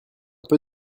peu